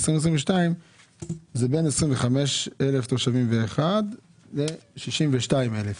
ב-2022 זה בין 25,001 תושבים ו-62,000.